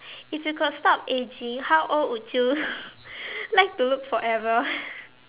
if you could stop ageing how old would you like to look forever